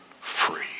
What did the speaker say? free